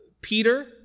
Peter